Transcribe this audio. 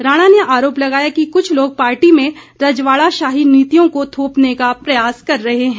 राणा ने आरोप लगाया कि कुछ लोग पार्टी में रजवाड़ाशाही नीतियों को थोपने का प्रयास कर रहे हैं